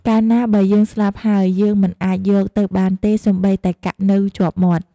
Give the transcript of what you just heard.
កាលណាបើយើងស្លាប់ហើយ យើងមិនអាចយកទៅបានទេសូម្បីតែកាក់នៅជាប់មាត់។